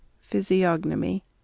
Physiognomy